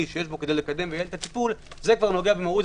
שיש בו כדי לקדם ביתר טיפול זה נוגע במהות.